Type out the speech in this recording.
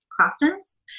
classrooms